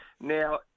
Now